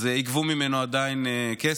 אז יגבו ממנו כסף.